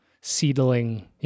seedling